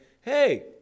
hey